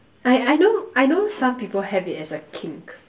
I I know I know some people have it as a kink